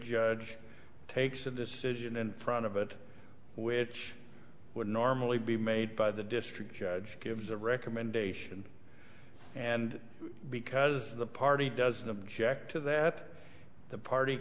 judge takes a decision in front of it which would normally be made by the district judge gives a recommendation and because the party doesn't object to that the party